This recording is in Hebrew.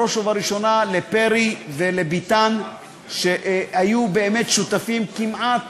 בראש ובראשונה לפרי ולביטן, שהיו באמת שותפים כמעט